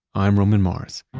i'm roman mars